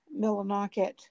Millinocket